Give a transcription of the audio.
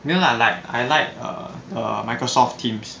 没有 lah like I like err err Microsoft teams